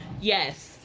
Yes